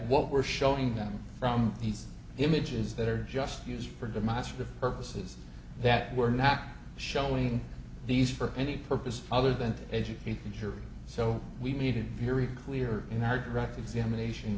what we're showing them from these images that are just used for demonstrative purposes that we're not showing these for any purpose other than to educate the jury so we needed very clear in our direct examination